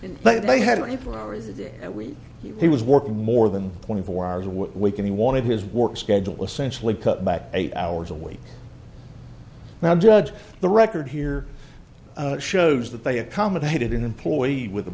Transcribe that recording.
but they hadn't for hours a day that week he was working more than twenty four hours a week and he wanted his work schedule essentially cut back eight hours a week now judge the record here shows that they accommodated an employee with a